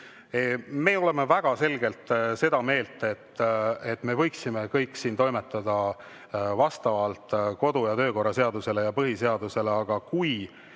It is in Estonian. Me oleme väga selgelt seda meelt, et me võiksime kõik siin toimetada vastavalt kodu‑ ja töökorra seadusele ja põhiseadusele. Aga kui